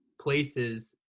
places